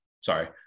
sorry